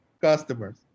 customers